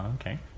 okay